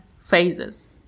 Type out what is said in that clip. phases